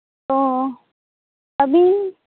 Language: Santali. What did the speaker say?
ᱛᱚ ᱟᱹᱵᱤᱱ